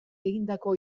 egindako